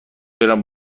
برم